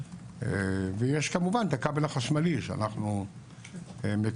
ויש כמובן את הכבל החשמלי שאנחנו מקדמים.